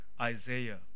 Isaiah